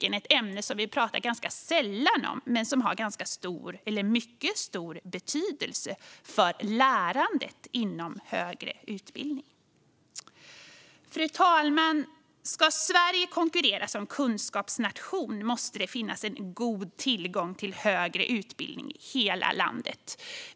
Det är ett ämne som vi pratar ganska sällan om men som har mycket stor betydelse för lärandet inom högre utbildning. Fru talman! Om Sverige ska kunna konkurrera som kunskapsnation måste det finnas en god tillgång till högre utbildning i hela landet.